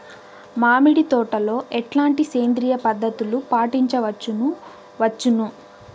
మామిడి తోటలో ఎట్లాంటి సేంద్రియ పద్ధతులు పాటించవచ్చును వచ్చును?